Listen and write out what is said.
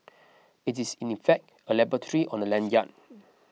it is in effect a laboratory on a lanyard